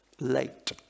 late